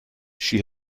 she